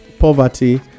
poverty